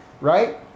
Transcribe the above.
right